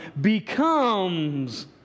becomes